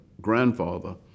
grandfather